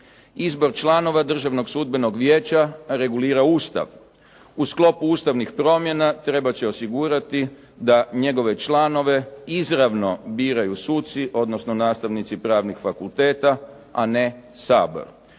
Izbor članova Državnog sudbenog vijeća regulira Ustav. U sklopu ustavnih promjena trebat će osigurati da njegove članove izravno biraju suci, odnosno nastavnici pravnih fakulteta, a ne Sabor.